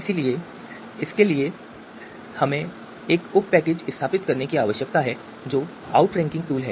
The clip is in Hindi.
इसलिए इसके लिए हमें उप पैकेज स्थापित करने की आवश्यकता है जो आउटरैंकिंग टूल है